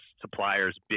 suppliers